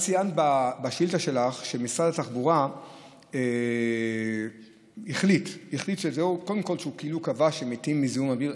ציינת בשאילתה שלך שמשרד התחבורה החליט וכאילו קבע שמתים מזיהום אוויר.